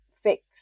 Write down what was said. fix